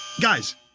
Guys